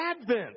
Advent